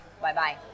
bye-bye